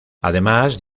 además